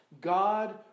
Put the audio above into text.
God